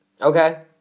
Okay